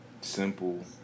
simple